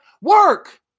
Work